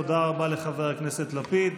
תודה רבה לחבר הכנסת לפיד.